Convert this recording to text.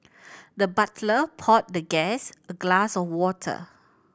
the butler poured the guest a glass of water